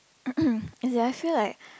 as in I feel like